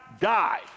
die